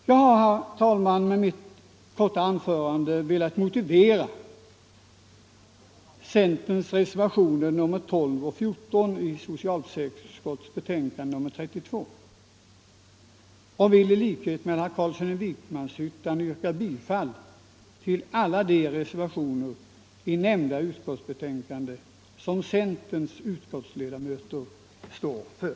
Jag har, herr talman, med mitt korta anförande velat motivera centerns och vill i likhet med herr Carlsson i Vikmanshyttan yrka bifall till alla de reservationer vid nämnda betänkande som centerns utskottsledamöter står för.